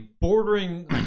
bordering